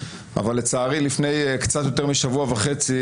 אבל לצערי לפני קצת יותר משבוע וחצי